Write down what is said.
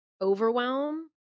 overwhelm